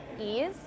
ease